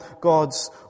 God's